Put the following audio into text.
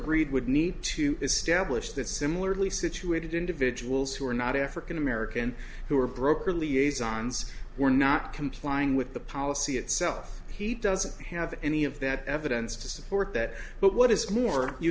reed would need to establish that similarly situated individuals who are not african american who are broker liaison's were not complying with the policy itself he doesn't have any of that evidence to support that but what is more you